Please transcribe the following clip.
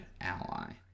ally